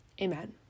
Amen